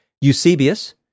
Eusebius